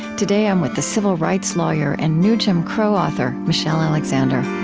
today i'm with the civil rights lawyer and new jim crow author michelle alexander